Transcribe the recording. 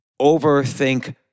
overthink